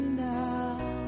now